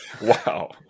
Wow